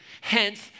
hence